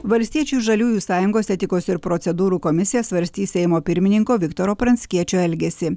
valstiečių ir žaliųjų sąjungos etikos ir procedūrų komisija svarstys seimo pirmininko viktoro pranckiečio elgesį